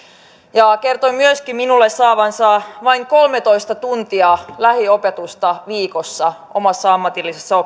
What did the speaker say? ja hän kertoi myöskin minulle saavansa vain kolmetoista tuntia lähiopetusta viikossa omassa ammatillisessa